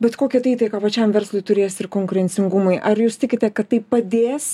bet kokią tai įtaiką pačiam verslui turės ir konkurencingumui ar jūs tikite kad tai padės